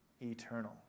eternal